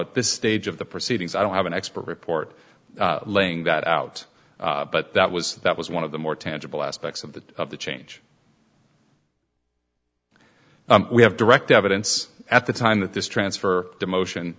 at this stage of the proceedings i don't have an expert report laying that out but that was that was one of the more tangible aspects of the of the change we have direct evidence at the time that this transfer demotion